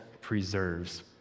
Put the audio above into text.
preserves